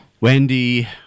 Wendy